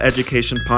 Education